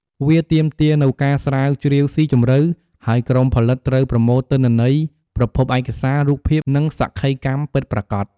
វាទាមទារនូវការស្រាវជ្រាវស៊ីជម្រៅ ហើយក្រុមផលិតត្រូវប្រមូលទិន្នន័យ ប្រភពឯកសារ រូបភាព និងសក្ខីកម្មពិតប្រាកដ។